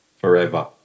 Forever